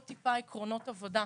עוד טיפה עקרונות עבודה.